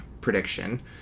prediction